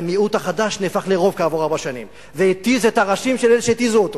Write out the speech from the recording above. והמיעוט החדש נהפך לרוב כעבור ארבע שנים והתיז את הראשים של אלה שהתיזו.